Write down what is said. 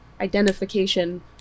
identification